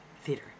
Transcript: theater